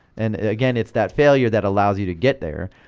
and again, it's that failure that allows you to get there.